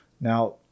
Now